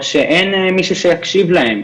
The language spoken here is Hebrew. או שאין מישהו שיקשיב להם,